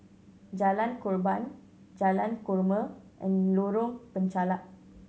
Jalan Korban Jalan Korma and Lorong Penchalak